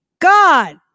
God